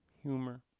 humor